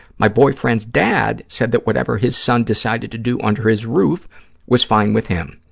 my boyfriend's dad said that whatever his son decided to do under his roof was fine with him.